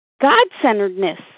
God-centeredness